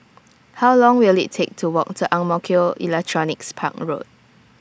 How Long Will IT Take to Walk to Ang Mo Kio Electronics Park Road